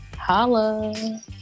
Holla